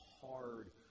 hard